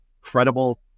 credible